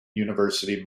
university